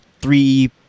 three